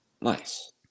Nice